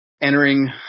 entering